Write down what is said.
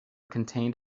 contained